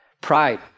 Pride